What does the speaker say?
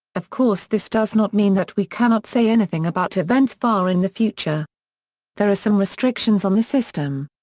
of course this does not mean that we cannot say anything about events far in the future there are some restrictions on the system.